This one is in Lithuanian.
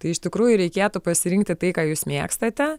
tai iš tikrųjų reikėtų pasirinkti tai ką jūs mėgstate